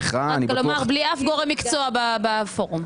בלי אף גורם מקצוע בפורום.